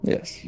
Yes